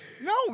No